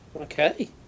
Okay